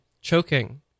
Choking